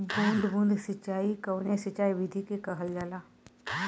बूंद बूंद सिंचाई कवने सिंचाई विधि के कहल जाला?